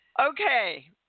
Okay